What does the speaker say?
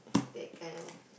that kind of